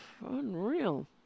Unreal